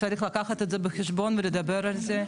צריך לקחת את זה בחשבון ולדבר על זה,